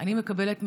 אני מקבלת מהשטח,